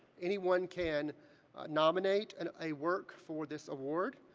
anyone can nominate and a work for this award,